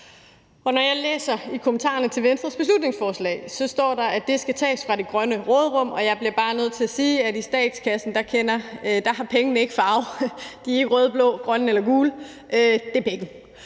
når jeg læser i kommentarerne til Venstres beslutningsforslag, ser jeg, at der står, at det skal tages fra det grønne råderum. Og jeg bliver bare nødt til at sige, at i statskassen har pengene ikke farve. De er ikke røde, blå, grønne eller gule – det er penge.